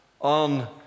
on